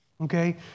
Okay